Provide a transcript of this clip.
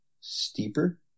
steeper